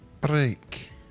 Break